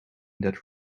that